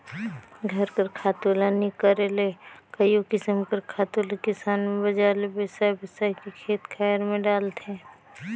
घर कर खातू ल नी करे ले कइयो किसिम कर खातु ल किसान मन बजार ले बेसाए बेसाए के खेत खाएर में डालथें